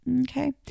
Okay